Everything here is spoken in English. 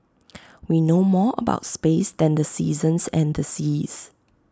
we know more about space than the seasons and the seas